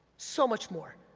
so much more.